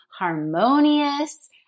harmonious